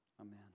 amen